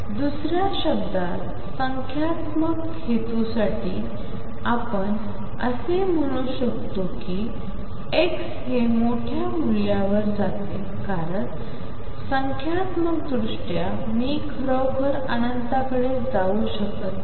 दुसऱ्या शब्दात संख्यात्मक हेतूंसाठी आपण असे म्हणू शकतो की x हे मोठ्या मूल्यावर जाते कारण संख्यात्मकदृष्ट्या मी खरोखर अनंताकडे जाऊ शकत नाही